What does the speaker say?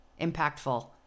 impactful